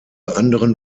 anderen